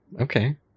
Okay